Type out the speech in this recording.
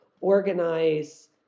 organize